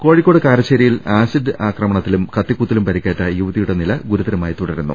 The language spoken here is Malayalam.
കോഴിക്കോട് കാരശ്ശേരിയിൽ ആസിഡ് ആക്രമണത്തിലും കത്തിക്കുത്തിലും പരിക്കേറ്റ യുവതിയുടെ നില ഗുരുതരമായി തുടരുന്നു